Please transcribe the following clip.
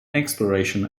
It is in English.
exploration